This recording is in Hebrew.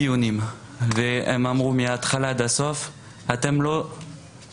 רפאל: היינו בכל הדיונים והם אמרו מההתחלה ועד הסוף: אתם לא מדברים,